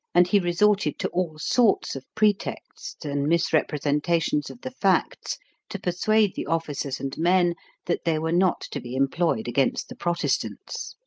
and he resorted to all sorts of pretexts and misrepresentations of the facts to persuade the officers and men that they were not to be employed against the protestants.